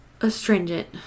astringent